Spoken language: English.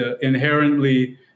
inherently